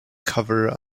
cover